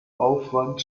aufwand